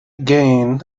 gain